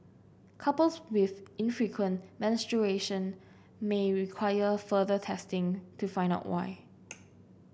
couples with infrequent menstruation may require further testing to find out why